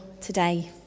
today